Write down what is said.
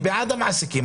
אני בעד המעסיקים,